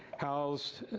housed,